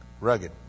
rugged